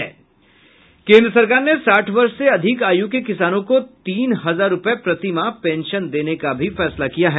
केन्द्र सरकार ने साठ वर्ष से अधिक आयू के किसानों को तीन हजार रूपये प्रतिमाह पेंशन देने का भी फैसला किया है